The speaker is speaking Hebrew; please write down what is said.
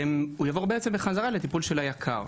והוא יעבור בעצם בחזרה לטיפול של היקר.